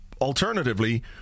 Alternatively